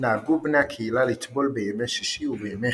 נהגו בני הקהילה לטבול בימי שישי ובימי